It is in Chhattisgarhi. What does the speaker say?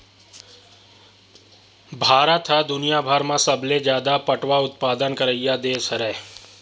भारत ह दुनियाभर म सबले जादा पटवा उत्पादन करइया देस हरय